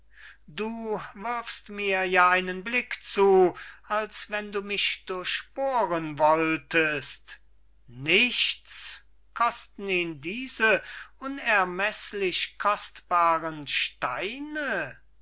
du wirfst mir ja einen blick zu als wenn du mich durchbohren wolltest nichts kosten ihn diese unermeßlich kostbaren steine